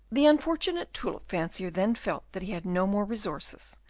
the unfortunate tulip-fancier then felt that he had no more resources,